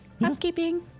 Housekeeping